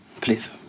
Please